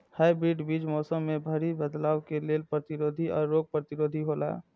hybrid बीज मौसम में भारी बदलाव के लेल प्रतिरोधी और रोग प्रतिरोधी हौला